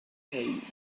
page